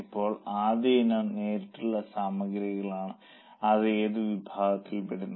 ഇപ്പോൾ ആദ്യ ഇനം നേരിട്ടുള്ള സാമഗ്രികളാണ് അത് ഏത് വിഭാഗത്തിൽ പെടും